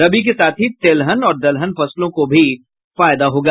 रबी के साथ ही तेलहन और दलहन फसलों को भी फायदा होगा